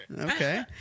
Okay